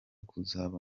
kuzaba